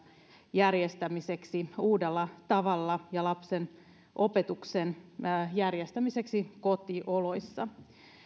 järjestämiseksi uudella tavalla ja lapsen opetuksen järjestämiseksi kotioloissa